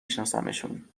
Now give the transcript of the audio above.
شناسمشون